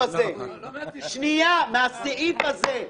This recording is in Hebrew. לא מהסעיף הזה.